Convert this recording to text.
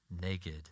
naked